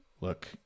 Look